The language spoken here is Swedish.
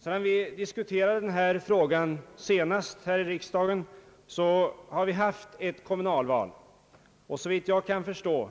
Sedan vi diskuterade denna fråga senast här i riksdagen har vi haft ett kommunalval, och såvitt jag förstår